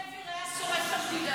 בן גביר היה שורף את המדינה,